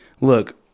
look